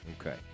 Okay